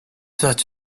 such